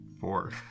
four